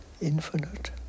infinite